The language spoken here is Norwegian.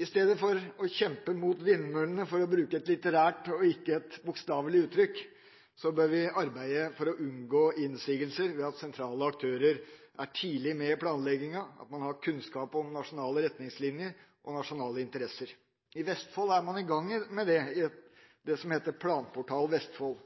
I stedet for å kjempe mot vindmøllene, for å bruke et litterært og ikke et bokstavelig uttrykk, bør vi arbeide for å unngå innsigelser ved at sentrale aktører er tidlig med i planlegginga, og at man har kunnskap om nasjonale retningslinjer og nasjonale interesser. I Vestfold er man i gang med det i et arbeid som heter Planportal Vestfold.